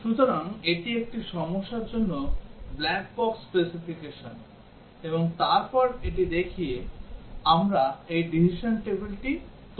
সুতরাং এটি একটি সমস্যার জন্য ব্ল্যাক বক্স স্পেসিফিকেশন এবং তারপর এটি দেখে আমরা এই decision tableটি তৈরি করি